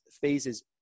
phases